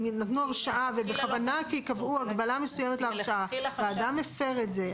אם נתנו הרשאה ובכוונה קבעו הגבלה מסוימת להרשעה והאדם מפר אותה,